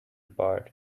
part